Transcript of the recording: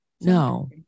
No